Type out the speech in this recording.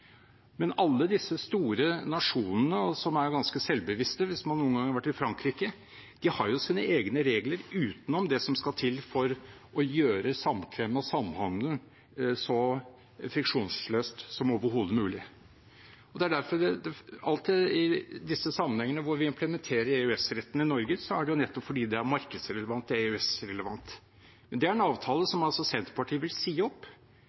Alle de store nasjonene – som er ganske selvbevisste, hvis man noen gang har vært i Frankrike – har sine egne regler utenom det som skal til for å gjøre samkvemmet og samhandelen så friksjonsløs som overhodet mulig. Alltid i disse sammenhengene hvor vi implementerer EØS-retten i Norge, er det nettopp fordi det er markedsrelevant og EØS-relevant. Men det er altså en avtale som Senterpartiet vil si opp,